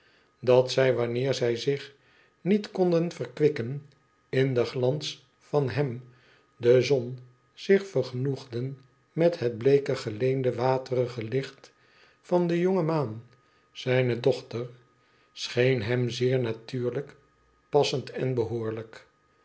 dat zij wanneer zij zich niet konden verkwikken in den glans van hem de zon zich vergenoegden met het bleeke geleende waterige licht van de jonge maan zijne dochter scheen hem zeer natuurlijk passend en behoorlijk